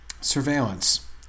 surveillance